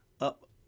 up